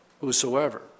whosoever